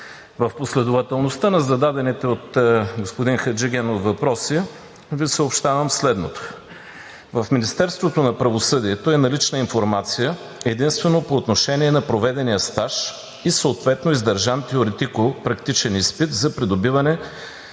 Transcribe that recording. В последователността на зададените от господин Хаджигенов въпроси Ви съобщавам следното: В Министерството на правосъдието е налична информация единствено по отношение на проведения стаж и съответно издържан теоретико-практичен изпит за придобиване